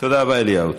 תודה רבה, אליהו.